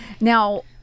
Now